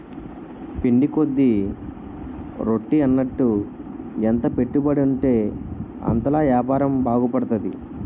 పిండి కొద్ది రొట్టి అన్నట్టు ఎంత పెట్టుబడుంటే అంతలా యాపారం బాగుపడతది